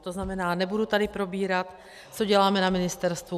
To znamená, nebudu tady probírat, co děláme na ministerstvu.